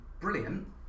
Brilliant